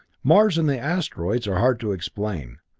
mars and the asteroids are hard to explain.